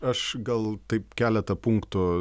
aš gal taip keletą punktų